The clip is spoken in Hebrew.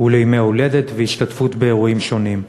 ולימי הולדת והשתתפות באירועים שונים.